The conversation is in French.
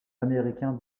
américain